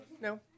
No